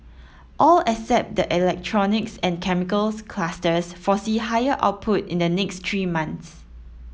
all except the electronics and chemicals clusters foresee higher output in the next three months